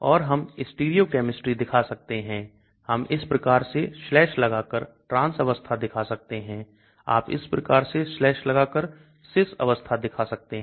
और हम stereochemistry दिखा सकते हैं हम इस प्रकार से स्लैश लगाकर trans अवस्था दिखा सकते हैं आप इस प्रकार से स्लैश लगाकर cis अवस्था दिखा सकते हैं